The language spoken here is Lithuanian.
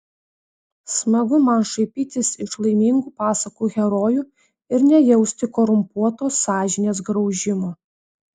smagu man šaipytis iš laimingų pasakų herojų ir nejausti korumpuotos sąžinės graužimo